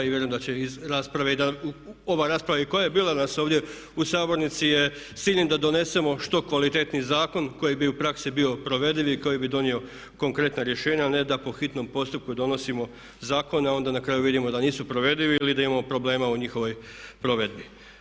I vjerujem da i ova rasprava i koja je bila danas ovdje u sabornici je s ciljem da donesemo što kvalitetniji zakon koji bi u praksi bio provediv i koji bi donio konkretna rješenja, a ne da po hitnom postupku donosimo zakone, a onda na kraju vidimo da nisu provedivi ili da imamo problema u njihovoj provedbi.